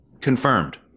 Confirmed